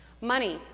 Money